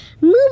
Move